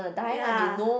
ya